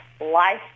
life